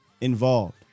involved